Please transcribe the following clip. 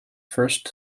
first